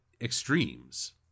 extremes